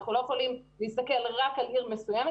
אנחנו לא יכולים להסתכל רק על עיר מסוימת